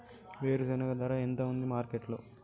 వేరుశెనగ ధర ఎంత ఉంది మార్కెట్ లో?